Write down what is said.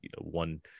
one